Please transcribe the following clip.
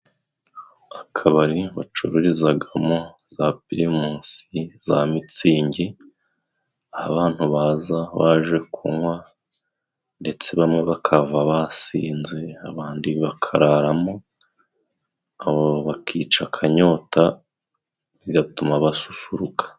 Akabari bacururizagamo za pirimusi, za mitsingi, aho abantu baza baje kunywa ndetse bamwe bakahava basinze, abandi bakararamo bakica akanyota, bigatuma basusuruka.